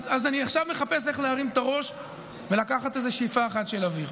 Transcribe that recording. אז אני עכשיו מחפש איך להרים את הראש ולקחת איזו שאיפה אחת של אוויר.